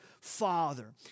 Father